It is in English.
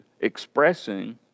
expressing